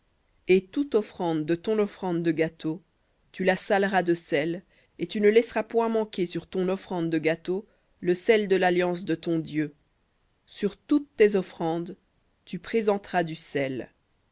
et toute offrande de ton offrande de gâteau tu la saleras de sel et tu ne laisseras point manquer sur ton offrande de gâteau le sel de l'alliance de ton dieu sur toutes tes offrandes tu présenteras du sel